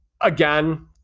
again